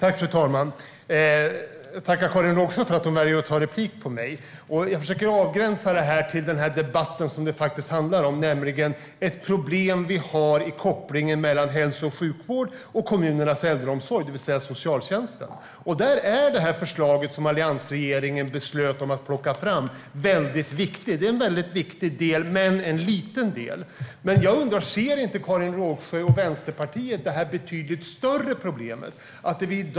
Fru talman! Jag tackar Karin Rågsjö för att hon väljer att ta replik. Jag försöker avgränsa det här till debatten som det faktiskt handlar om, nämligen ett problem som vi har i kopplingen mellan hälso och sjukvård och kommunernas äldreomsorg, det vill säga socialtjänsten. Där är det här förslaget som alliansregeringen beslutade om att plocka fram en viktig del. Det är en viktig men liten del. Ser inte Karin Rågsjö och Vänsterpartiet det här betydligt större problemet?